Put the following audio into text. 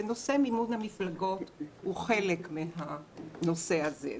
נושא מימון המפלגות הוא חלק מן הנושא הזה.